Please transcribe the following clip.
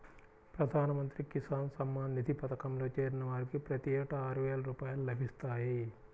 ప్రధాన మంత్రి కిసాన్ సమ్మాన్ నిధి పథకంలో చేరిన వారికి ప్రతి ఏటా ఆరువేల రూపాయలు లభిస్తాయి